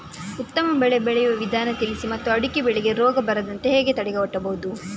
ಉತ್ತಮ ಬೆಳೆ ಬೆಳೆಯುವ ವಿಧಾನ ತಿಳಿಸಿ ಮತ್ತು ಅಡಿಕೆ ಬೆಳೆಗೆ ರೋಗ ಬರದಂತೆ ಹೇಗೆ ತಡೆಗಟ್ಟಬಹುದು?